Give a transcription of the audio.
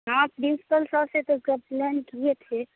हाँ principal sir से तो कप्लेंट किए थे